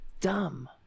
Dumb